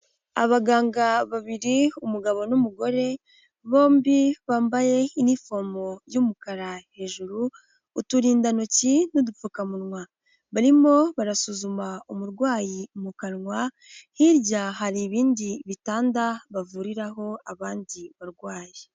Abaganga babiri, umugabo n'umugore, bombi bambaye inifomo y'umukara hejuru, uturindantoki n'udupfukamunwa, barimo barasuzuma umurwayi mu kanwa, hirya hari ibindi bitanda bavuriraho abandi barwayi.